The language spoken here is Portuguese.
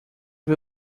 ver